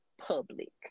public